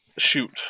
shoot